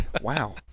Wow